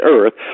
Earth